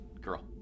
Girl